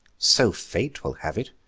so fate will have it,